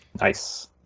Nice